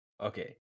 okay